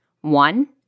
One